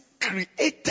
created